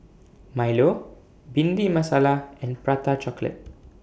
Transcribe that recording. Milo Bhindi Masala and Prata Chocolate